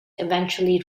eventually